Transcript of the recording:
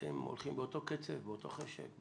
אתם הולכים באותו קצב, באותו חשק?